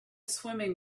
swimming